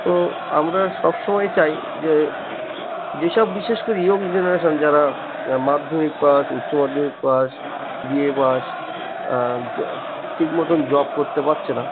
তো আমরা সবসময় চাই যে যেসব বিশেষ করে ইয়ং জেনারেশন যারা মাধ্যমিক পাশ উচ্চমাধ্যমিক পাশ বি এ পাশ জ ঠিক মতন জব করতে পারছে না